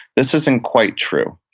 this isn't quite true.